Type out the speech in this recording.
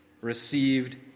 Received